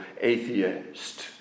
atheist